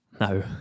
No